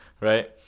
right